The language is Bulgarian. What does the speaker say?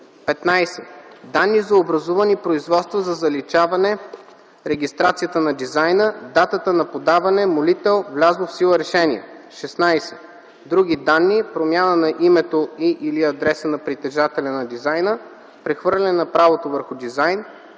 15. данни за образувани производства за заличаване регистрацията на дизайна – датата на подаване, молител, влязло в сила решение; 16. други данни - промяна на името и/или адреса на притежателя на дизайна, прехвърляне на правото върху дизайн,